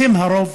אתם הרוב,